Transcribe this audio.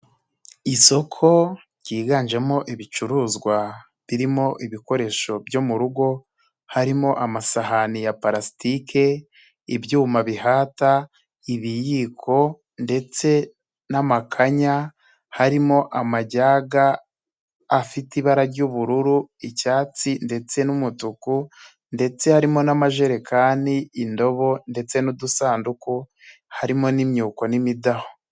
Isoko ryiganjemo ibicuruzwa birimo ibikoresho byo mu rugo, harimo amasahani ya plasitike ibyuma bihata ibiyiko ndetse n'amakanya, harimo amajyaga afite ibara ry'ubururu icyatsi ndetse n'umutuku, ndetse harimo n'amajerekani indobo ndetse n'udusanduku, harimo n'imyuko n'imidaho.